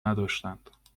نداشتند